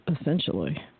essentially